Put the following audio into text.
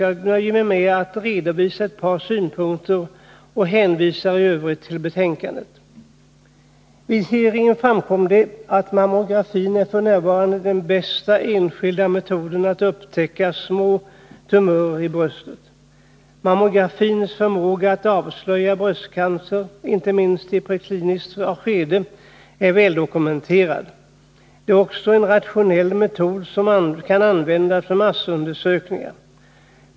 Jag nöjer mig med att redovisa ett par synpunkter och hänvisar i övrigt till betänkandet. Vid hearingen framkom det att mammografi f. n. är den bästa enskilda metoden att upptäcka små tumörer i bröstet. Mammografins förmåga att avslöja bröstcancer, inte minst i prekliniskt skede, är väldokumenterad. Det är också en rationell metod, som kan användas för massundersökning.